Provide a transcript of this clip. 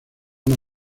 una